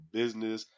business